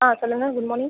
ஆ சொல்லுங்கள் good morning